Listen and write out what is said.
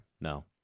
No